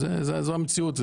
וזו המציאות.